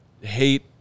hate